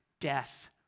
death